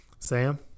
Sam